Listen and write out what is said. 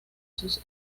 sus